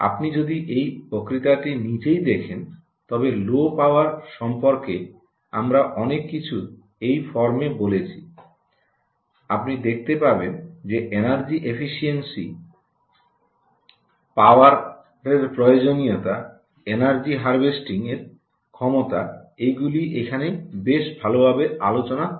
আপনি যদি এই বক্তৃতাটি নিজেই দেখেন তবে লো পাওয়ার সম্পর্কে আমরা অনেক কিছুই এই ফর্মএ বলেছি আপনি দেখতে পাবেন যে এনার্জি এফিশিয়েন্সি পাওয়ারের প্রয়োজনীয়তা এনার্জি হারভেস্টিং এর ক্ষমতা এগুলি এখানে বেশ ভালভাবে আলোচনা হয়েছে